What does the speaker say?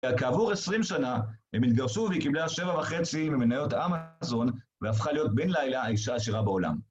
וכעבור עשרים שנה, הם התגרשו והקבלה שבע וחצי ממניות אמאזון והפכה להיות בין לילה האישה העשירה בעולם.